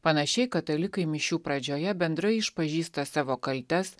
panašiai katalikai mišių pradžioje bendrai išpažįsta savo kaltes